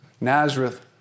Nazareth